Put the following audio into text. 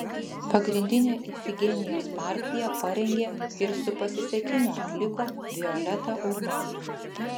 pagrindinę ifigenijos partiją parengė ir su pasisekimu atliko violeta urmana